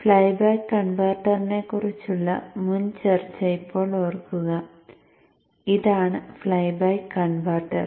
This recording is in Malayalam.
ഫ്ലൈബാക്ക് കൺവെർട്ടറിനെക്കുറിച്ചുള്ള മുൻ ചർച്ച ഇപ്പോൾ ഓർക്കുക ഇതാണ് ഫ്ലൈബാക്ക് കൺവെർട്ടർ